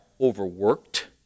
overworked